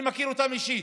אני מכיר אותם אישית.